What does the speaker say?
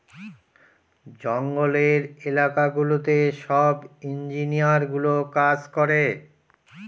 জঙ্গলের এলাকা গুলোতে সব ইঞ্জিনিয়ারগুলো কাজ করে